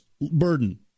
burden